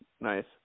Nice